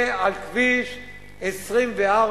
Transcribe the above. זה על כביש 24,